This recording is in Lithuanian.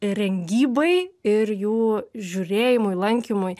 rengybai ir jų žiūrėjimui lankymui